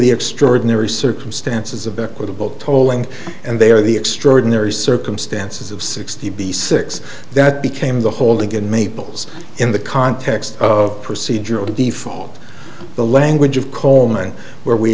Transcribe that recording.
the extraordinary circumstances of equitable tolling and they are the extraordinary circumstances of sixty b six that became the holding in maples in the context of procedural default the language of coleman where we